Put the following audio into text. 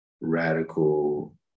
radical